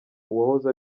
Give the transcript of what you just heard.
uwahoze